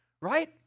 right